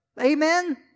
Amen